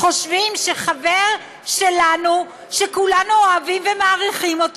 חושבים שחבר שלנו שכולנו אוהבים ומעריכים,